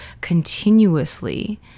continuously